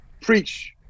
preach